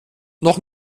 noch